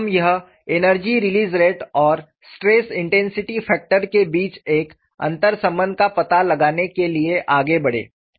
फिर हम यह एनर्जी रिलीज़ रेट और स्ट्रेस इंटेंसिटी फैक्टर के बीच एक अंतर्संबंध का पता लगाने के लिए आगे बढ़े